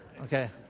okay